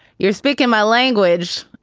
you're speaking my language.